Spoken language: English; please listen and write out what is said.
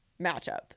matchup